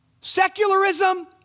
secularism